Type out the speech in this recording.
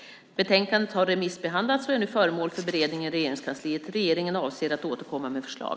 Betänkandet har remissbehandlats och är nu föremål för beredning i Regeringskansliet. Regeringen avser att återkomma med förslag.